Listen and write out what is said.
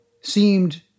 seemed